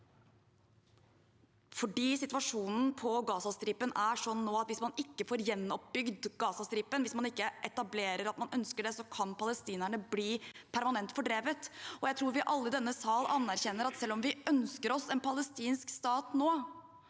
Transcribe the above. holder. Situasjonen på Gazastripen er nå sånn at hvis man ikke får gjenoppbygd Gazastripen, hvis man ikke etablerer at man ønsker det, kan palestinerne bli permanent fordrevet. Jeg tror vi alle i denne sal anerkjenner at selv om vi ønsker oss en palestinsk stat nå,